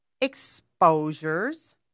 exposures